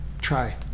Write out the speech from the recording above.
try